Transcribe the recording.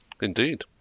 Indeed